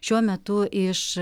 šiuo metu iš